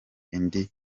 indi